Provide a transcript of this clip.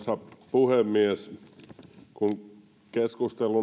puhemies kun keskustelu